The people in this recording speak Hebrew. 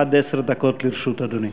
עד עשר דקות לרשות אדוני.